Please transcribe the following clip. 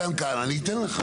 אני אתן לך.